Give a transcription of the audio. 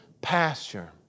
pasture